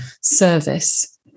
service